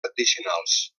addicionals